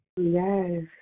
yes